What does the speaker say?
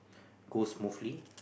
goes smoothly